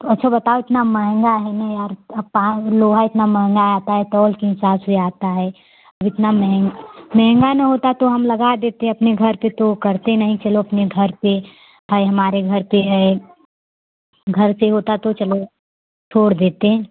अच्छा बताओ इतना महँगा है ने यार अब पान लोहा इतना महँगा आता है तोल के हिसाब से आता है इतना महँगा महँगा ना होता तो हम लगा देते अपने घर पे तो वो करते नहीं चलो अपने घर पर हमारे घर पर है घर से होता तो चलो छोड़ देते